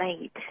late